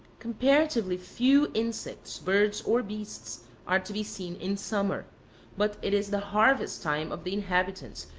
comparatively few insects, birds, or beasts are to be seen in summer but it is the harvest-time of the inhabitants,